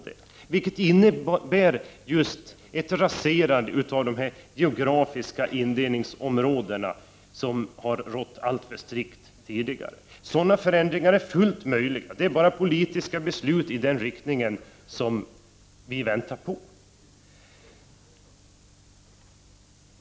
Detta skulle innebära just ett raserande av de geografiska indelningsområdena, som tidigare har gällt alltför strikt. Sådana förändringar är fullt möjliga. Det är bara politiska beslut i den riktningen som vi väntar på.